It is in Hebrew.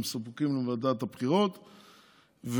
הצורך להעלות את השכר לעובדים, ב.